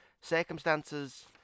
circumstances